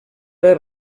les